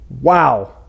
Wow